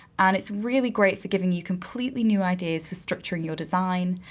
and it's really great for giving you completely new ideas for structuring your design.